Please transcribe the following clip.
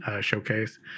showcase